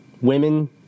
Women